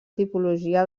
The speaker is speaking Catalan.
tipologia